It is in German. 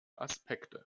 aspekte